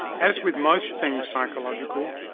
as with most things psychological,